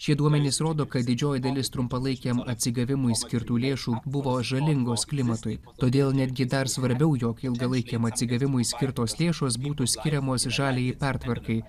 šie duomenys rodo kad didžioji dalis trumpalaikiam atsigavimui skirtų lėšų buvo žalingos klimatui todėl netgi dar svarbiau jog ilgalaikiam atsigavimui skirtos lėšos būtų skiriamos žaliajai pertvarkai